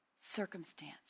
circumstance